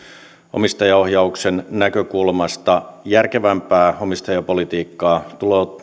omistajaohjauksen näkökulmasta järkevämpää omistajapolitiikkaa